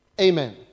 amen